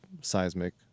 Seismic